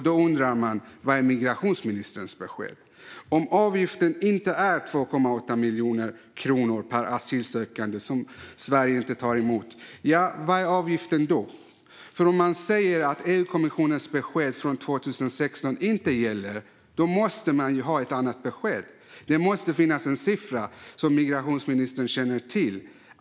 Då undrar man vad migrationsministerns besked är. Om avgiften inte är 2,8 miljoner kronor per asylsökande som Sverige inte tar emot, vad är då avgiften? Om man säger att EU-kommissionens besked från 2016 inte gäller måste man ju ha ett annat besked. Det måste finnas en siffra som migrationsministern känner till.